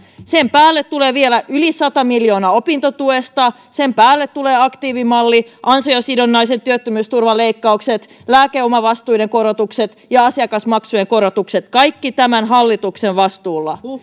sen päälle tulee vielä yli sata miljoonaa opintotuesta sen päälle tulevat aktiivimalli ansiosidonnaisen työttömyysturvan leikkaukset lääkeomavastuiden korotukset ja asiakasmaksujen korotukset kaikki tämän hallituksen vastuulla